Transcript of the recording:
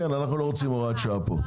אנחנו לא רוצים הוראת שעה פה.